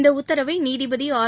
இந்த உத்தரவை நீதிபதி ஆர்